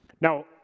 Now